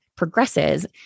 progresses